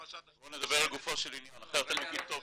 בואו נדבר לגופו של עניין אחרת אני אגיד "טוב שכך".